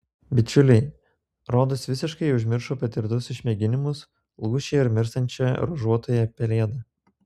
bičiuliai rodos visiškai užmiršo patirtus išmėginimus lūšį ir mirštančią ruožuotąją pelėdą